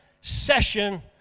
session